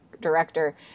director